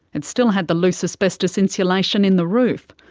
it still had the loose asbestos insulation in the roof.